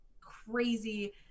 crazy